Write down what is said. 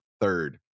third